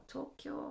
Tokyo